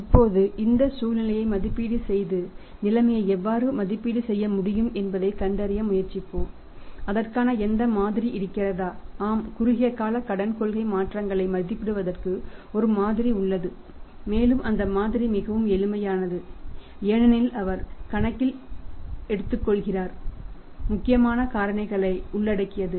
இப்போது இந்த சூழ்நிலையை மதிப்பீடு செய்து நிலைமையை எவ்வாறு மதிப்பீடு செய்ய முடியும் என்பதைக் கண்டறிய முயற்சிப்போம் அதற்கான எந்த மாதிரி இருக்கிறதா ஆம் குறுகிய கால கடன் கொள்கை மாற்றங்களை மதிப்பிடுவதற்கு ஒரு மாதிரி உள்ளது மேலும் அந்த மாதிரி மிகவும் எளிமையானது ஏனெனில் அவர் கணக்கில் எடுத்துக்கொள்கிறார் முக்கியமான காரணிகளை உள்ளடக்கியது